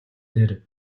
дээр